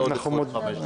על עוד 25 דקות.